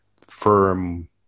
firm